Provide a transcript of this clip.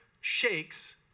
shakes